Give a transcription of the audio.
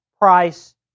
price